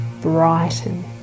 brighten